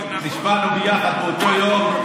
נשבענו ביחד באותו יום.